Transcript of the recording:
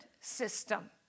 system